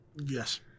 Yes